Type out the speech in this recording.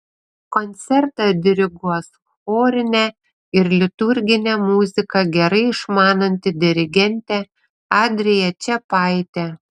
koncertą diriguos chorinę ir liturginę muziką gerai išmananti dirigentė adrija čepaitė